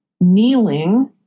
kneeling